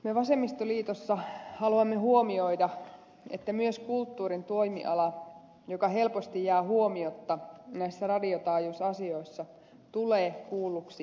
me vasemmistoliitossa haluamme huomioida että myös kulttuurin toimiala joka helposti jää huomiotta näissä radiotaajuusasioissa tulee kuulluksi ja nähdyksi